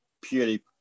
purely